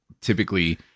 typically